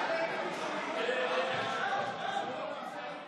ההצעה להעביר לוועדה את הצעת חוק משק החשמל (תיקון,